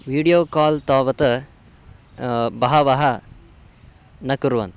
video call तावत् बहवः न कुर्वन्ति